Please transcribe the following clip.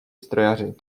strojaři